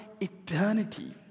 eternity